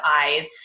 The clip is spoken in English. eyes